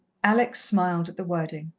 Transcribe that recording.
alex smiled at the wording,